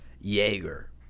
jaeger